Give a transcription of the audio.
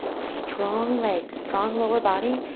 strong legs, strong lower body,